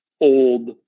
old